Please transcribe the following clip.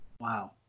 Wow